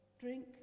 Drink